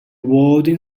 walden